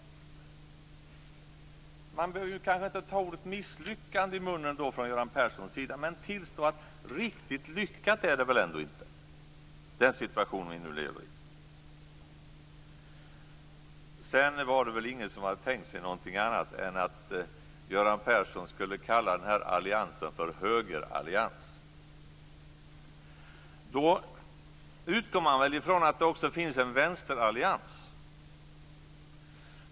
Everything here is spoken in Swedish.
Göran Persson behöver inte ta ordet misslyckande i munnen, men han kunde tillstå att den situation vi nu lever i inte är riktigt lyckad. Ingen hade tänkt sig någonting annat än att Göran Persson skulle kalla alliansen för högerallians. Då utgår han väl ifrån att det också finns en vänsterallians.